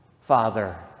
Father